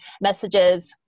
messages